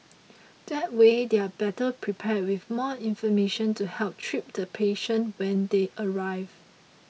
that way they are better prepared with more information to help treat the patient when they arrive